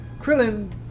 Krillin